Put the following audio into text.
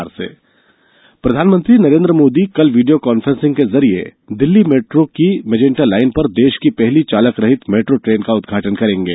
PM metro प्रधानमंत्री नरेन्द्र मोदी कल video conferencing के जरिये दिल्ली मेट्रो की मेजेंटा लाइन पर देश की पहली चालक रहित मेट्रो ट्रेन का उदघाटन करेंगे